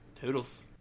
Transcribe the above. Toodles